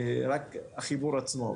רק החיבור עצמו.